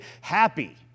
happy